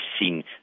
seen